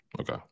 Okay